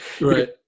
right